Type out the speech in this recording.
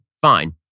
fine